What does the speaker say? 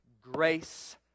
grace